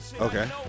Okay